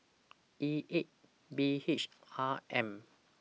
E eight B H R M